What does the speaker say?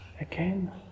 again